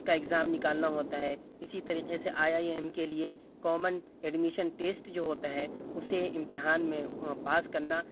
کا اگزام نکالنا ہوتا ہے اسی طریقے سے آئی آئی ایم کے لیے کامن ایڈمیشن ٹیسٹ جو ہوتا ہے اسے امتحان میں پاس کرنا